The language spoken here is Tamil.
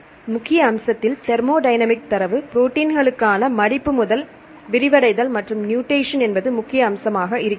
எனவே முக்கிய அம்சத்தில் தெர்மோடைனமிக் தரவு ப்ரோடீன்களுக்கான மடிப்பு முதல் விரிவடைதல் மற்றும் மூடேஷன் என்பது முக்கிய அம்சமாக இருக்கிறது